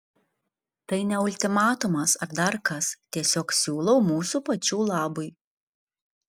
tai ne ultimatumas ar dar kas tiesiog siūlau mūsų pačių labui